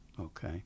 okay